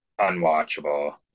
unwatchable